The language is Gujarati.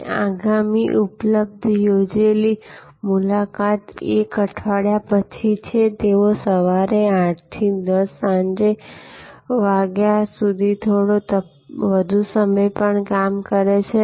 અને આગામી ઉપલબ્ધ યોજેલી મુલાકાત 1 અઠવાડિયા પછી છેતેઓ સવારે 8 થી 10 સાંજે વાગ્યા સુધી થોડો વધુ સમય પણ કામ કરે છે